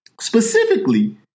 Specifically